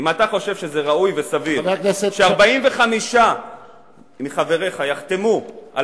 אם אתה חושב שזה ראוי וסביר ש-45 מחבריך יחתמו על